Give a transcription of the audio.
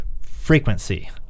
frequency